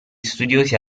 studiosi